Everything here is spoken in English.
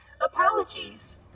Apologies